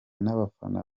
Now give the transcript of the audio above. n’abafana